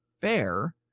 Fair